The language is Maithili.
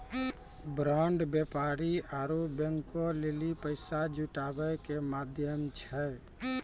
बांड व्यापारी आरु बैंको लेली पैसा जुटाबै के माध्यम छै